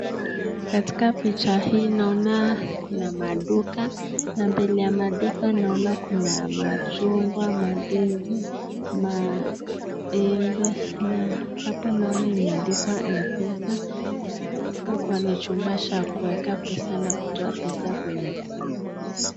Katika picha hii naona kuna maduka na mbele ya maduka naona kuna machungwa, mandizi, maembe na hapa naona imeandikwa mpesa inamaanisha kuwa ni chumba cha kuweka pesa na kutoa pesa kwenye simu.